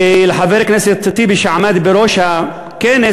ולחבר הכנסת טיבי שעמד בראש הכנס,